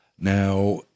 Now